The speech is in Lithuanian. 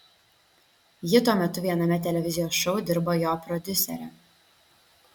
ji tuo metu viename televizijos šou dirbo jo prodiusere